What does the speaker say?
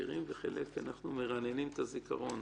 חלק אנחנו מכירים, וחלק אנחנו מרעננים את הזיכרון.